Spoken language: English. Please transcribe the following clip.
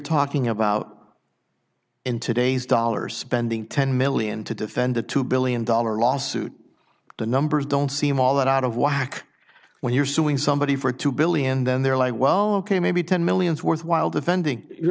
talking about in today's dollars spending ten million to defend a two billion dollar lawsuit the numbers don't seem all that out of whack when you're suing somebody for two billion then they're like well ok maybe ten millions worth while defending you're